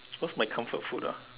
what's my comfort food ah